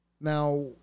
Now